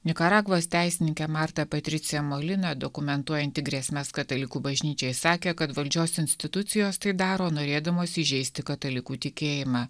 nikaragvos teisininkė marta patricija molina dokumentuojanti grėsmes katalikų bažnyčiai sakė kad valdžios institucijos tai daro norėdamos įžeisti katalikų tikėjimą